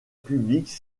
publique